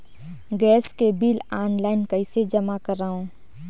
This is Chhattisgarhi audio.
गैस के बिल ऑनलाइन कइसे जमा करव?